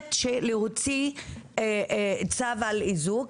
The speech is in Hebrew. מחויבת להוציא צו על איזוק.